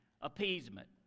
appeasement